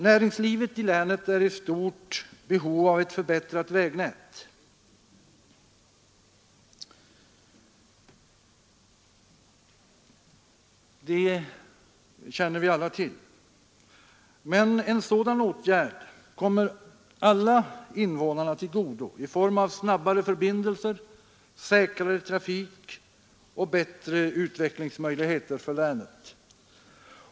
Näringslivet i länet är i stort behov av ett förbättrat vägnät — det känner vi alla till. En förbättring av vägnätet kommer även alla invånarna till godo i form av snabbare förbindelser, säkrare trafik och bättre utvecklingsmöjligheter för länet.